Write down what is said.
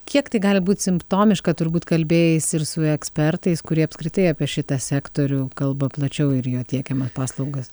kiek tai gali būt simptomiška turbūt kalbėjaisi ir su ekspertais kurie apskritai apie šitą sektorių kalba plačiau ir jo tiekiamas paslaugas